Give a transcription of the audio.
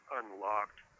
unlocked